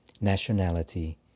nationality